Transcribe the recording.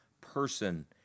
person